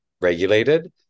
regulated